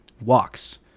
walks